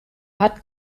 hat